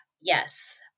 Yes